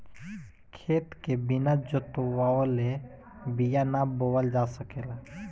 खेत के बिना जोतवले बिया ना बोअल जा सकेला